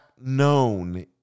known